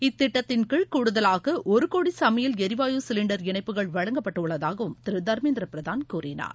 இத்திட்டத்தின் கீழ் கூடுதலாக ஒரு கோடி சமையல் எரிவாயு சிலிண்டர் இணைப்புகள் வழங்கப்படவுள்ளதாகவும் திரு தர்மேந்திர பிரதான் கூறினார்